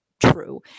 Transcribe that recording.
True